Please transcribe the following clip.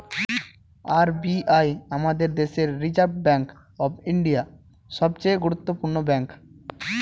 R B I আমাদের দেশের reserve bank of India, সবচে গুরুত্বপূর্ণ ব্যাঙ্ক